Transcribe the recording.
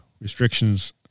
restrictions